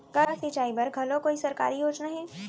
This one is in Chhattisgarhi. का सिंचाई बर घलो कोई सरकारी योजना हे?